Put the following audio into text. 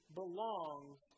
belongs